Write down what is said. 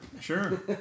Sure